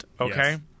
okay